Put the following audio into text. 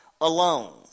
alone